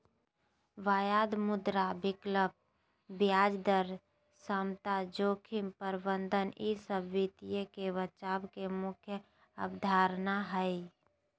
वायदा, मुद्रा विकल्प, ब्याज दर समता, जोखिम प्रबंधन ई सब वित्त मे बचाव के मुख्य अवधारणा हय